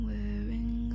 Wearing